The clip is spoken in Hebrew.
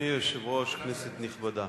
אדוני היושב-ראש, כנסת נכבדה,